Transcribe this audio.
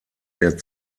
der